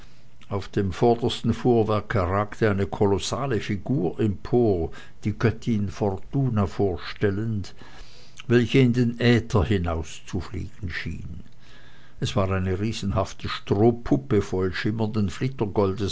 auf dem vordersten fuhrwerke ragte eine kolossale figur empor die göttin fortuna vorstellend welche in den äther hinauszufliegen schien es war eine riesenhafte strohpuppe voll schimmernden